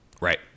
Right